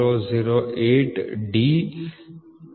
008 D ಆಗಿದೆ